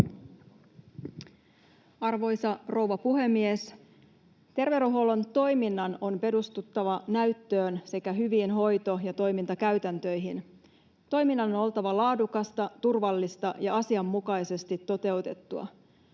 Arvoisa rouva puhemies! Terveydenhuollon toiminnan on perustuttava näyttöön sekä hyviin hoito- ja toimintakäytäntöihin. Toiminnan on oltava laadukasta, turvallista ja asianmukaisesti toteutettua.